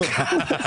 עזוב.